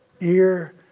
ear